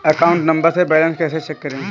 Account number से balance कैसे check करें?